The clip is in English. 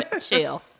Chill